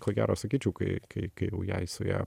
ko gero sakyčiau kai kai kai jau jai suėjo